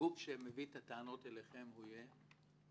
והגוף שמביא את הטענות אליכם הוא יהיה?